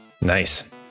Nice